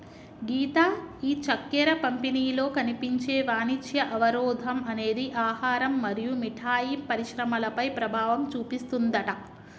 గీత ఈ చక్కెర పంపిణీలో కనిపించే వాణిజ్య అవరోధం అనేది ఆహారం మరియు మిఠాయి పరిశ్రమలపై ప్రభావం చూపిస్తుందట